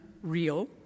real